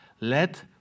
let